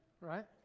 right